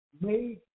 made